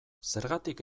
zergatik